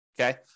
okay